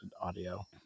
audio